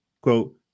Quote